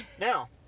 Now